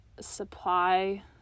supply